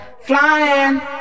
flying